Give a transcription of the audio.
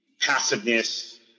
passiveness